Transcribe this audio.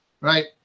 right